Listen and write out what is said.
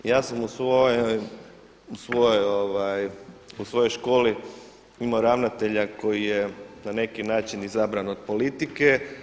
Ja sam u svojoj školi imao ravnatelja koji je na neki način izabran od politike.